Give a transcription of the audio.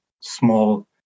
small